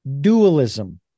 dualism